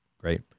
Great